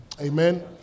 Amen